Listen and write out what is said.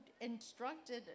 instructed